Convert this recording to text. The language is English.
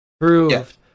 proved